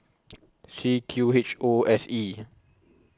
C Q H O S E